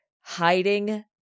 hiding